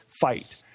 fight